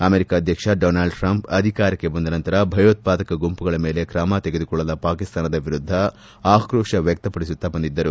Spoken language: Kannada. ಅಮೆರಿಕ ಅಧ್ಯಕ್ಷ ಡೋನಾಲ್ಡ್ ಟ್ರಂಪ್ ಅಧಿಕಾರಕ್ಕೆ ಬಂದ ನಂತರ ಭಯೋತ್ವಾದಕ ಗುಂಪುಗಳ ಮೇಲೆ ಕ್ರಮ ತೆಗೆದುಕೊಳ್ಳದ ಪಾಕಿಸ್ತಾನದ ವಿರುದ್ದ ಆಕ್ರೋಶ ವ್ಲಕ್ಷಪಡಿಸುತ್ತಾ ಬಂದಿದ್ದರು